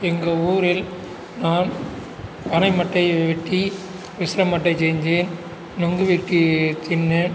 எங்கள் ஊரில் நான் பனை மட்டையை வெட்டி விசிறி மட்டை செஞ்சு நுங்கு வெட்டி தின்று